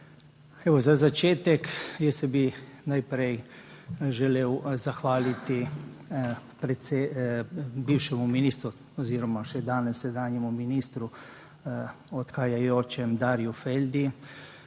Najprej bi se želel zahvaliti bivšemu ministru oziroma še danes sedanjemu ministru, odhajajočemu Darju Feldi